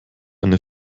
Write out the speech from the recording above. eine